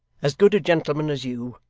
as good a gentleman as you,